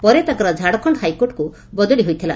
ପରେ ତାଙ୍କର ଝାଡ଼ଖଣ୍ଡ ହାଇକୋର୍ଟକୁ ବଦଳି ହୋଇଥିଲା